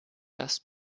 das